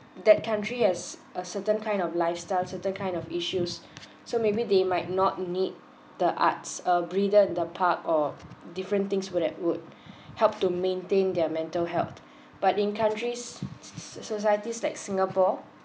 that country has uh certain kind of lifestyle certain kind of issues so maybe they might not need the arts uh breeder the part or different things would have would help to maintain their mental health but in countries s~ societies like singapore